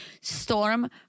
Storm